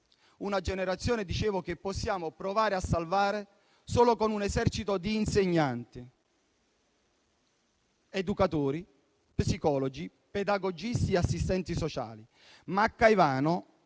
una generazione che, come dicevo, possiamo provare a salvare solo con un esercito di insegnanti, educatori, psicologi, pedagogisti e assistenti sociali.